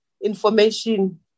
information